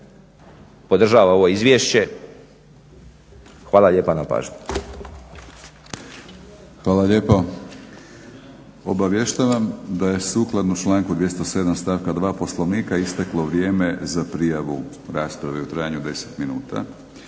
podržava ovo izvješće. Hvala lijepa na pažnji. **Stazić, Nenad (SDP)** Hvala lijepo. Obavještavam da je sukladno članku 207.stavka 2. Poslovnika isteklo vrijeme za prijavu rasprave u trajanju od 10 minuta.